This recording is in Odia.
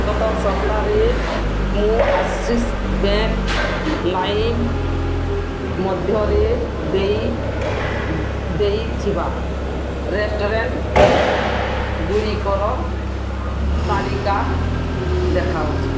ଗତ ସପ୍ତାହରେ ମୁଁ ଆକ୍ସିସ୍ ବ୍ୟାଙ୍କ୍ ଲାଇମ୍ ମଧ୍ୟମରେ ଦେଇ ଦେଇଥିବା ରେଷ୍ଟୁରାଣ୍ଟ୍ ଗୁଡ଼ିକର ତାଲିକା ଦେଖାଅ